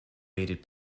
waited